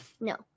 No